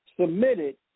Submitted